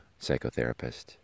psychotherapist